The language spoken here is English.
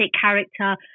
character